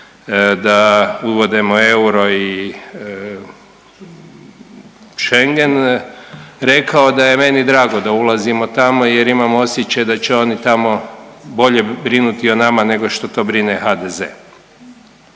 da uvodimo euro i schengen rekao da je meni drago da ulazimo tamo jer imam osjećaj da će oni tamo bolje brinuti o nama nego što to brine HDZ-e.